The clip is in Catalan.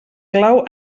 clau